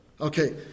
Okay